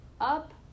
up